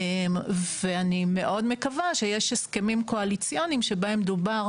ואני מאוד מקווה שיש הסכמים קואליציוניים שבהם דובר